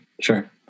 sure